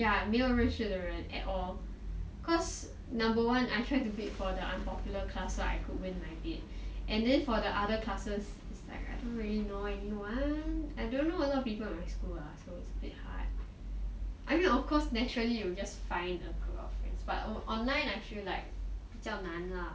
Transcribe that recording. ya 没有认识的人 at all cause number one I try to bid for the unpopular class so I could win my bid and then for the other classes like I don't really know anyone I don't know a lot of people in my school lah so it's a bit hard I mean of course naturally you will just find a group of friends but online I feel like 比较难啊